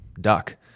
duck